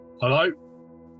Hello